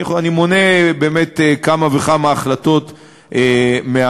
אני מונה באמת כמה וכמה החלטות מהזיכרון.